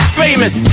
famous